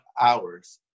hours